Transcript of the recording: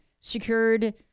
secured